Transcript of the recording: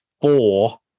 four